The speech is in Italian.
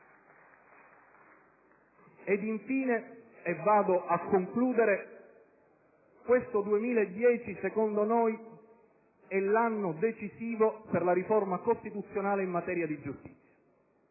Infine, e mi avvio a concludere, questo 2010 secondo noi è l'anno decisivo per la riforma costituzionale in materia di giustizia.